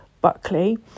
Buckley